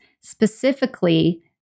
specifically